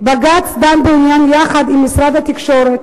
בג"ץ דן בעניין יחד עם משרד התקשורת,